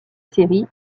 série